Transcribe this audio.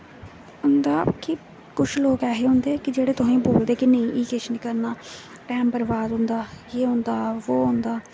होंदा कि कुछ लोग होंदे कि एह् कुछ निं करना टैम बरबाद होंदा एह् होंदा बो होंदा